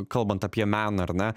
kalbant apie meną ar ne